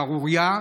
שערורייה,